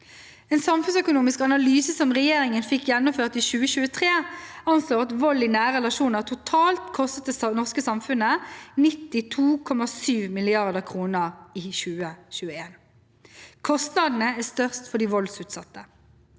En samfunnsøkonomisk analyse som regjeringen fikk gjennomført i 2023, anslår at vold i nære relasjoner totalt kostet det norske samfunnet 92,7 mrd. kr i 2021. Kostnadene er størst for de voldsutsatte.